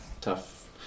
tough